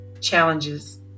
challenges